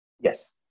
Yes